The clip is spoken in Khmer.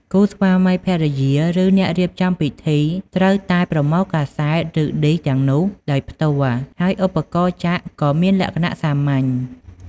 គូស្វាមីភរិយា ឬអ្នករៀបចំពិធីត្រូវតែប្រមូលកាសែត ឬឌីសទាំងនោះដោយផ្ទាល់ ហើយឧបករណ៍ចាក់ក៏មានលក្ខណៈសាមញ្ញ។